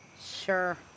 Sure